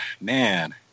man